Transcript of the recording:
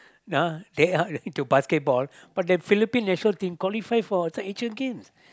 uh they are into basketball but they're Philippines national team qualify for some Asia games